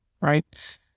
right